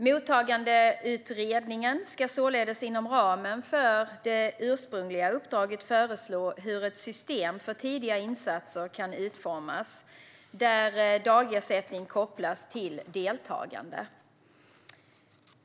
Mottagandeutredningen ska således inom ramen för det ursprungliga uppdraget föreslå hur ett system för tidiga insatser kan utformas, där dagersättning kopplas till deltagande.